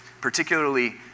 particularly